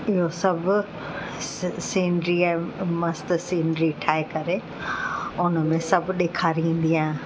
इहो सभु सिनरीअ मस्तु सिनरी ठाहे करे उन में सभु ॾिखारींदी आहियां